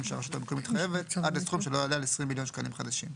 שהרשות המקומית חייבת עד לסכום שלא יעלה על 20 מיליון שקלים חדשים."